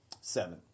Seven